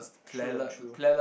true and true